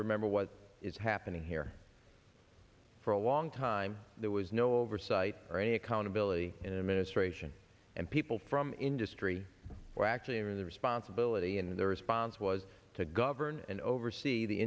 remember what is happening here for a long time there was no oversight or any accountability in the ministration and people from industry were actually in their responsibility and their response was to govern and oversee the